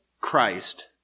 Christ